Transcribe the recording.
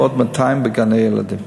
ועוד 200 בגני-ילדים.